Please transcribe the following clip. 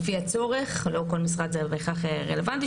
לפי הצורך - לא בכל משרד זה בהכרח רלוונטי